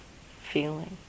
feeling